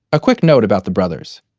a quick note about the brothers.